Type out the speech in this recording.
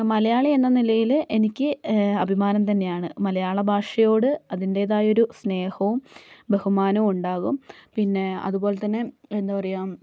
മലയാളി എന്ന നിലയില് എനിക്ക് അഭിമാനം തന്നെയാണ് മലയാള ഭാഷയോട് അതിന്റേതായ ഒരു സ്നേഹവും ബഹുമാനവും ഉണ്ടാകും പിന്നെ അതുപോലെ തന്നെ എന്താ പറയുക